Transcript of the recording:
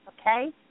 okay